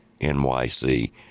NYC